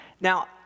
Now